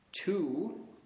Two